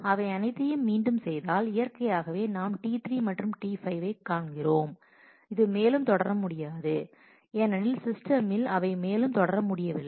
அவை அனைத்தையும் மீண்டும் செய்தால் இயற்கையாகவே நாம் T3 மற்றும் T5 ஐக் காண்கிறோம் இது மேலும் தொடர முடியாது ஏனெனில் சிஸ்டமில் அவை மேலும் தொடர முடியவில்லை